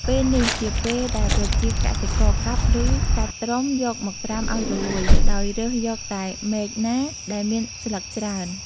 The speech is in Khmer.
ពេលនេះជាពេលដែលប្រជាកសិករកាប់ ឬ កាច់ត្រុំយកមកត្រាំឱ្យរលួយ ដោយរើសយកតែមែកណាដែលមានស្លឹកច្រើន។